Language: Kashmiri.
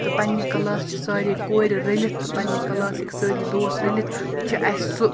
تہٕ پَنٕنہِ کَلاسہٕ چہِ ساریٚے کورِ رٔلِتھ تہٕ پَنٕنہِ کَلاسٕکۍ سٲری دوس رٔلِتھ چھَ اَسہِ سُہ